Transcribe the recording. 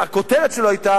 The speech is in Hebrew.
שהכותרת שלו היתה